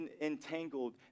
entangled